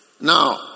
Now